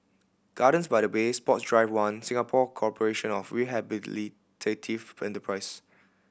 Gardens by the Bay Sports Drive One Singapore Corporation of Rehabilitative Enterprise